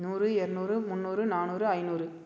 நூறு இரநூறு முந்நூறு நானூறு ஐந்நூறு